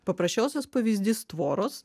paprasčiausias pavyzdys tvoros